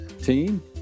team